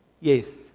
yes